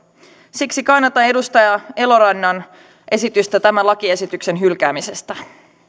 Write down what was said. siksi kannatan edustaja elorannan esitystä tämän lakiesityksen hylkäämisestä